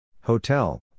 Hotel